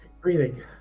Breathing